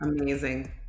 Amazing